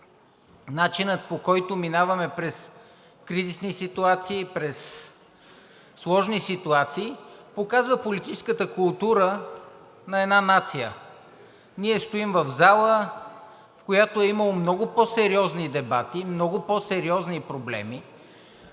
начинът, по който минаваме през кризисни ситуации, през сложни ситуации, показва политическата култура на една нация. Ние стоим в зала, в която е имало много по-сериозни дебати, много по-сериозни проблеми,